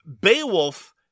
Beowulf